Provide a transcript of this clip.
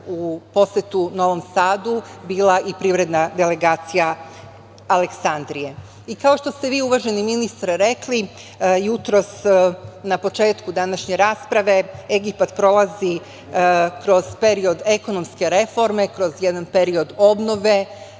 u poseti Novom Sadu bila i privredna delegacija Aleksandrije. Kao što ste vi, uvaženi ministre, rekli jutros, na početku današnje rasprave, Egipat prolazi kroz period ekonomske reforme, kroz jedan period obnove,